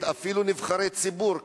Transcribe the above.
אפילו נגד נבחרי ציבור,